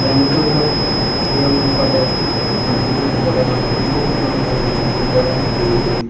তেওঁলোকেও ধৰক সেই অনুপাতে আমাৰ হিন্দু সম্প্ৰদায়ৰ মানুহখিনিকো তেওঁলোকে নিমন্ত্ৰণ কৰে বিহু বুলি